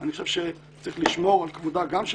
אני חושב שצריך לשמור על כבודה גם של